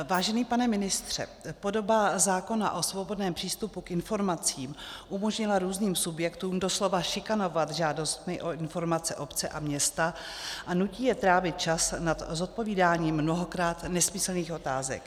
Vážený pane ministře, podoba zákona o svobodném přístupu k informacím umožnila různým subjektům doslova šikanovat žádostmi o informace obce a města a nutí je trávit čas nad zodpovídáním mnohokrát nesmyslných otázek.